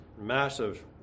massive